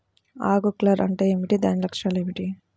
ఆకు కర్ల్ అంటే ఏమిటి? దాని లక్షణాలు ఏమిటి?